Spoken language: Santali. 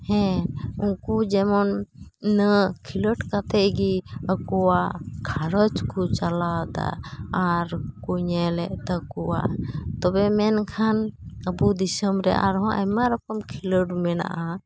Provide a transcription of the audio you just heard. ᱦᱮᱸ ᱩᱱᱠᱩ ᱡᱮᱢᱚᱱ ᱤᱱᱟᱹ ᱠᱷᱮᱞᱳᱰ ᱠᱟᱛᱮᱫ ᱜᱮ ᱟᱠᱚᱣᱟᱜ ᱜᱷᱟᱨᱚᱸᱡᱽᱠᱚ ᱪᱟᱞᱟᱣ ᱮᱫᱟ ᱟᱨ ᱠᱚ ᱧᱮᱞᱮᱫ ᱛᱟᱠᱚᱣᱟ ᱛᱚᱵᱮ ᱢᱮᱱᱠᱷᱟᱱ ᱟᱵᱚ ᱫᱤᱥᱚᱢᱨᱮ ᱟᱨᱦᱚᱸ ᱟᱭᱢᱟ ᱨᱚᱠᱚᱢ ᱠᱷᱮᱞᱳᱰ ᱢᱮᱱᱟᱜᱼᱟ